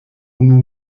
unu